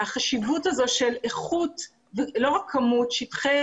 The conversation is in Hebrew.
החשיבות הזאת של איכות לא רק כמות - שטחי